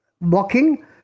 walking